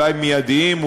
אולי מיידיים,